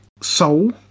soul